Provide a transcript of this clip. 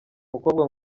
mukobwa